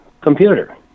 computer